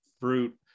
fruit